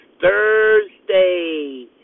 Thursday